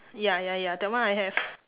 ya ya ya that one I have